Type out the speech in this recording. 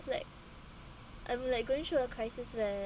like I'm like going through a crisis leh